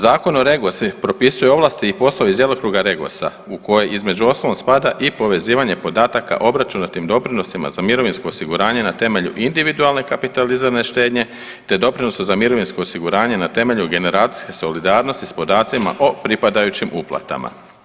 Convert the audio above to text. Zakon o REGOS-u propisuje ovlasti i poslove iz djelokruga REGOS-a u koje između ostalog spada i povezivanje podataka o obračunatim doprinosima za mirovinsko osiguranje na temelju individualne kapitalizirane štednje, te doprinosu za mirovinsko osiguranje na temelju generacijske solidarnosti s podacima o pripadajućim uplatama.